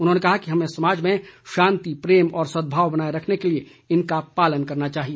उन्होंने कहा कि हमे समाज में शांति प्रेम और सदभाव बनाए रखने के लिए इनका पालन करना चाहिए